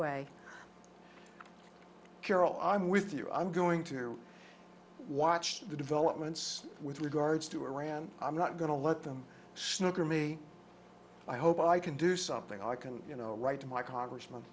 way carol i'm with you i'm going to watch the developments with regards to iran i'm not going to let them snicker me i hope i can do something i can you know write to my congressman